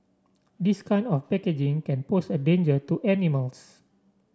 this kind of packaging can pose a danger to animals